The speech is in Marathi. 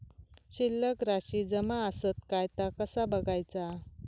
शिल्लक राशी जमा आसत काय ता कसा बगायचा?